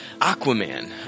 Aquaman